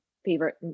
favorite